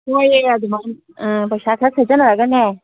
ꯍꯣꯏꯌꯦ ꯑꯗꯨꯃꯥꯏꯅ ꯄꯩꯁꯥ ꯈꯔ ꯈꯥꯏꯒꯠꯅꯔꯒꯅꯦ